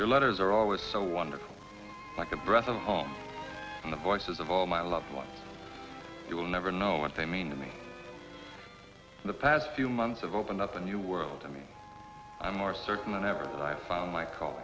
your letters are always so wonderful like a breath of home and the voices of all my loved ones you will never know what they mean to me the past few months of opened up a new world to me i'm more certain than ever i found my call